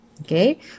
okay